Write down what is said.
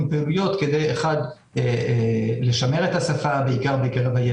כשבנינו את תחזית תקציב השכר שלנו,